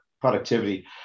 productivity